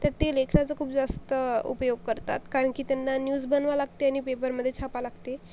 तर ते लेखनाचा खूप जास्त उपयोग करतात कारण की त्यांना न्यूज बनवावी लागते आणि पेपरमध्ये छापावी लागते